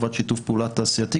חובת שיתוף פעולה תעשייתי.